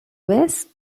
vez